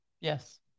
Yes